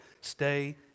Stay